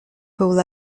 pool